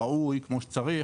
ראוי כמו שצריך